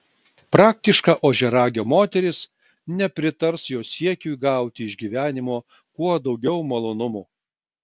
praktiška ožiaragio moteris nepritars jo siekiui gauti iš gyvenimo kuo daugiau malonumų